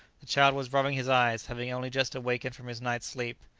the child was rubbing his eyes, having only just awakened from his night's sleep.